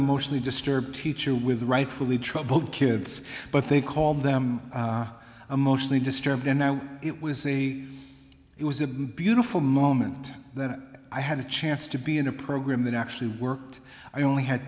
emotionally disturbed teacher with rightfully troubled kids but they called them emotionally disturbed and now it was a it was a beautiful moment that i had a chance to be in a program that actually worked i only had